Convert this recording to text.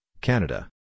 Canada